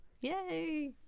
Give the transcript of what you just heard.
Yay